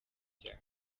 ibyaha